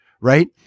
Right